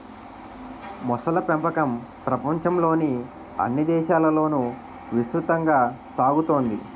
మొసళ్ళ పెంపకం ప్రపంచంలోని అన్ని దేశాలలోనూ విస్తృతంగా సాగుతోంది